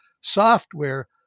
Software